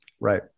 Right